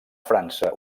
frança